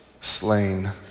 slain